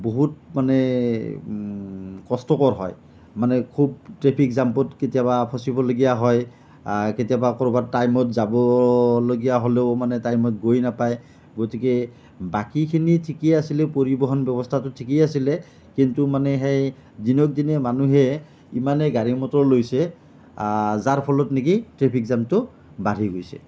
বহুত মানে কষ্টকৰ হয় মানে খুব ট্ৰেফিক জামত কেতিয়াবা ফচিবলগীয়া হয় কেতিয়া ক'ৰবাত টাইমত যাবলগীয়া হ'লেও মানে টাইমত গৈ নাপায় গতিকে বাকীখিনি ঠিকেই আছিলে পৰিবহণ ব্যৱস্থাটো ঠিকেই আছিলে কিন্তু মানে সেই দিনক দিনে মানুহে ইমানেই গাড়ী মটৰ লৈছে যাৰ ফলত নেকি ট্ৰেফিক জামটো বাঢ়ি গৈছে